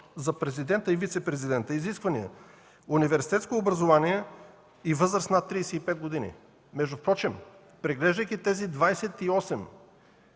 за президента и вицепрезидента, има изисквания: университетско образование и възраст над 35 години. Впрочем, преглеждайки тези 28